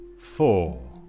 four